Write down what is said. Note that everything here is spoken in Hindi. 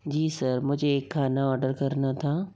जी सर मुझे एक खाना ऑर्डर करना था